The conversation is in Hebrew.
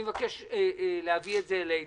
אני מבקש להביא את זה אלינו.